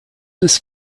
this